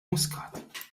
muscat